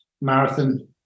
marathon